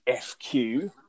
FQ